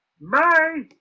Bye